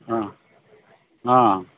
ಹಾಂ ಹಾಂ